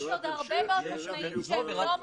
יש עוד הרבה מאוד עצמאים שהם שלא מורשים.